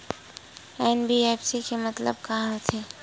NBFC के मतलब का होथे?